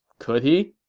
could he?